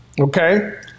okay